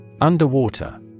underwater